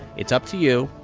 it's up to you,